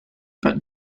but